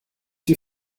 wie